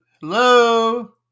Hello